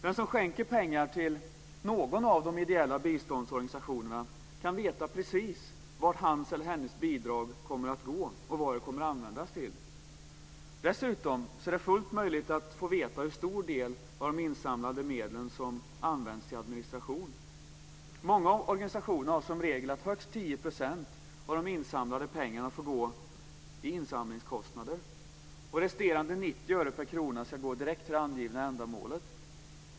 Den som skänker pengar till någon av de ideella hjälporganisationerna kan få veta precis vad hans eller hennes bidrag kommer att användas till. Dessutom är det fullt möjligt att få veta hur stor del av de insamlade medlen som används till administration. Många ideella organisationer har som regel att högst 10 % av de insamlade pengarna får gå till insamlingskostnader. Resterande 90 öre per krona ska gå direkt till det angivna ändamålet.